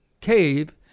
cave